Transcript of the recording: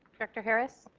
director harris.